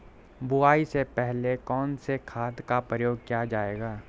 बुआई से पहले कौन से खाद का प्रयोग किया जायेगा?